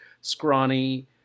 scrawny